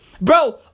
Bro